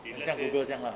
if let's say